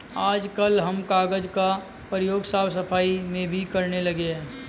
आजकल हम कागज का प्रयोग साफ सफाई में भी करने लगे हैं